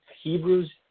Hebrews